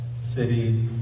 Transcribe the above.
city